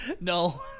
No